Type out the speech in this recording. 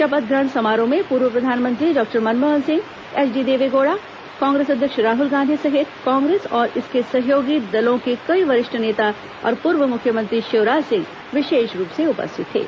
शपथ ग्रहण समारोह में पूर्व प्रधानमंत्री डॉक्टर मनमोहन सिंह एचडी दैवेगोडा कांग्रेस अध्यक्ष राहुल गांधी सहित कांग्रेस और इसके सहयोगी दलों के कई वरिष्ठ नेता और पूर्व मुख्यमंत्री शिवराज सिंह विशेष रूप से उपस्थित थे